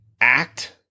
act